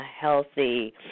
healthy